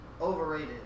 Overrated